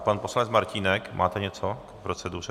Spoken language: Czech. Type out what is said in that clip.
Pan poslanec Martínek, máte něco k proceduře?